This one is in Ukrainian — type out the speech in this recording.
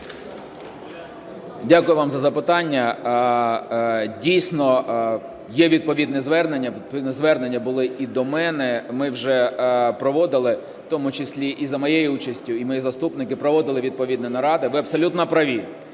Дякую вам за запитання. Дійсно є відповідне звернення, відповідні звернення були і до мене, ми вже проводили в тому числі і за моєю участю, і мої заступники проводили відповідні наради. Ви абсолютно праві,